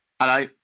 Hello